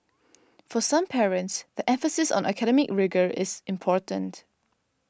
for some parents the emphasis on academic rigour is important